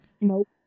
Nope